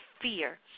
fear